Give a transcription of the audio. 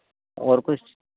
और कुछ